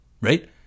right